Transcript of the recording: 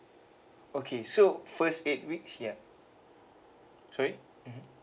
okay so first eight weeks yeah sorry mm